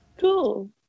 Cool